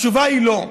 התשובה היא: לא.